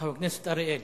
חבר הכנסת אריאל.